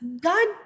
God